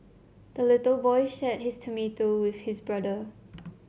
the little boy shared his tomato with his brother